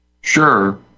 Sure